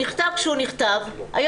הוא נכתב כשהוא נכתב,